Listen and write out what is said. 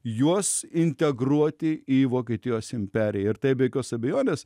juos integruoti į vokietijos imperiją ir tai be jokios abejonės